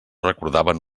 recordaven